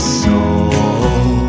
soul